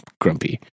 grumpy